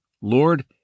Lord